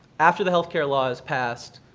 after the health care law is passed,